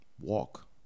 walk